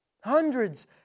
Hundreds